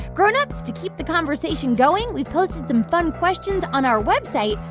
grownups, to keep the conversation going, we've posted some fun questions on our website,